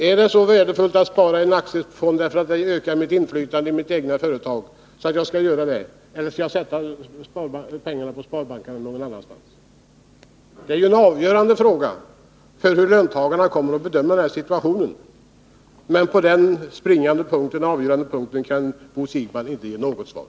Är det så värdefullt att spara i en aktiefond — därför att det ökar mitt inflytande i det företag där jag arbetar — att jag skall göra det i stället för att sätta in pengarna på sparbanken eller någon annanstans? Det är en fråga som är avgörande för hur löntagarna kommer att bedöma situationen. Men på den avgörande punkten kan Bo Siegbahn inte ge något svar.